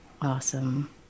awesome